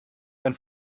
ein